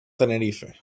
tenerife